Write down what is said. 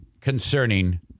concerning